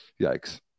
Yikes